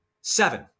seven